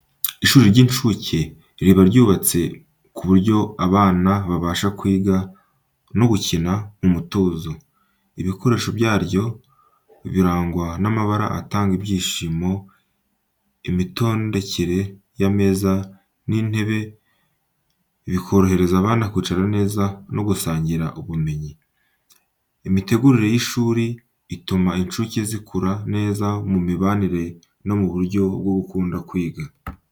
Ishuri ry'incuke riba ryubatse ku buryo abana babasha kwiga no gukina mu mutuzo. Ibikoresho byaryo birangwa n’amabara atanga ibyishimo, imitondekere y’ameza n’intebe bikorohereza abana kwicara neza no gusangira ubumenyi. Imitegurire y’iri shuri, ituma incuke zikura neza mu mibanire no mu buryo bwo gukunda kwiga.